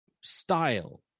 style